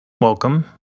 welcome